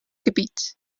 gebiet